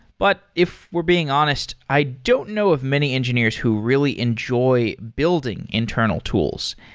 but if we're being honest, i don't know of many engineers who really enjoy building internal tools.